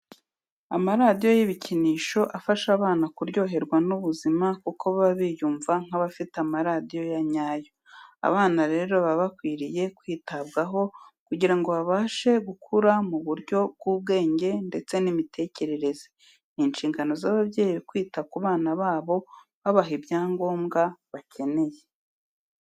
Amaradiyo y'ibikinisho afasha abana kuryoherwa n'ubuzima kuko baba biyumva nk'abafite amaradiyo ya nyayo. Abana rero baba bakwiriye kwitabwaho kugira ngo babashe gukura mu buryo bw'ubwenge ndetse n'imitekerereze. Ni inshingano z'ababyeyi kwita ku bana babo, babaha ibyangombwa bakeneye.